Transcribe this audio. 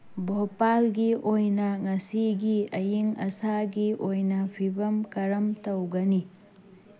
ꯚꯣꯄꯥꯜꯒꯤ ꯑꯣꯏꯅ ꯉꯁꯤꯒꯤ ꯑꯏꯪ ꯑꯁꯥꯒꯤ ꯑꯣꯏꯅ ꯐꯤꯕꯝ ꯀꯔꯝ ꯇꯧꯒꯅꯤ